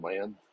man